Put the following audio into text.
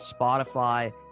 Spotify